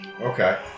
Okay